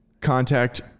contact